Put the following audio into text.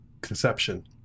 Conception